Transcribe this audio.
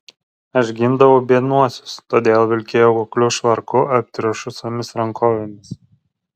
aš gindavau biednuosius todėl vilkėjau kukliu švarku aptriušusiomis rankovėmis